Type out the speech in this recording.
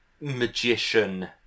magician